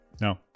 no